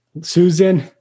Susan